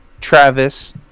Travis